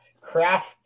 Craft